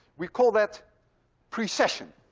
we call that precession.